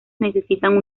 necesitan